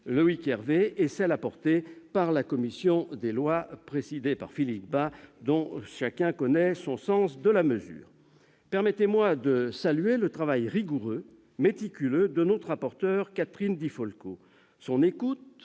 Loïc Hervé et celles qui ont été introduites par la commission des lois, présidée par Philippe Bas, dont chacun connaît le sens de la mesure. Permettez-moi de saluer le travail rigoureux, méticuleux du rapporteur, Catherine Di Folco.